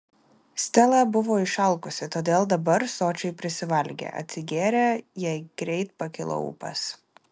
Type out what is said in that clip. stela buvo išalkusi todėl dabar sočiai prisivalgė atsigėrė jai greit pakilo ūpas